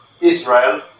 Israel